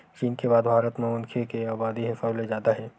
चीन के बाद भारत म मनखे के अबादी ह सबले जादा हे